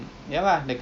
ya